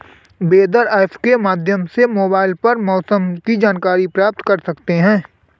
weather app के माध्यम से मोबाइल पर मौसम की जानकारी प्राप्त कर सकते हैं